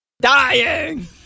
dying